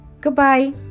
goodbye